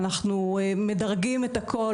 אנחנו מדרגים את הכל,